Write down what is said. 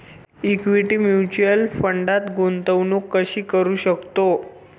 Equity mutual फंडात गुंतवणूक कशी करू शकतो?